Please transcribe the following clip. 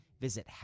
Visit